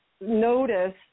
notice